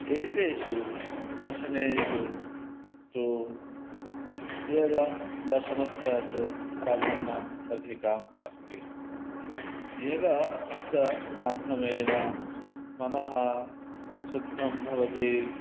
एतेषु दर्शनेषु तु योगदर्शनस्य तु प्राधान्यम् अधिकम् अस्ति योगस्य माध्यमेन मनः शुद्धं भवति